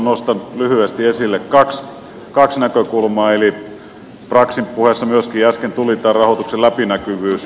nostan lyhyesti esille kaksi näkökulmaa eli braxin puheessa myöskin äsken tuli tämä rahoituksen läpinäkyvyys